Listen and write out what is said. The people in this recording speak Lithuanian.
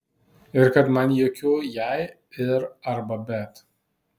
ir kad man jokių jei ir arba bet